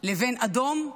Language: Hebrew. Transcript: לבין אדום,